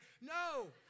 No